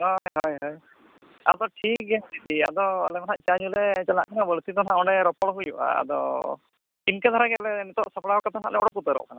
ᱦᱳᱭ ᱦᱳᱭ ᱦᱳᱭ ᱟᱫᱚ ᱴᱷᱤᱠ ᱜᱮᱭᱟ ᱫᱤᱫᱤ ᱟᱞᱮ ᱫᱚ ᱦᱟᱸᱜ ᱪᱟ ᱧᱩ ᱞᱮ ᱪᱟᱞᱟᱜ ᱠᱟᱱᱟ ᱵᱟᱹᱲᱛᱤ ᱫᱚ ᱦᱟᱸᱜ ᱚᱸᱰᱮ ᱨᱚᱯᱚᱲ ᱦᱩᱭᱩᱜᱼᱟ ᱟᱫᱚ ᱤᱱᱠᱟᱹ ᱫᱷᱟᱨᱟ ᱜᱮ ᱟᱞᱮ ᱱᱤᱛᱚᱜ ᱥᱟᱯᱲᱟᱣ ᱠᱟᱛᱮᱫ ᱦᱟᱸᱜ ᱞᱮ ᱚᱰᱳᱠ ᱩᱛᱟᱹᱨᱚᱜ ᱠᱟᱱᱟ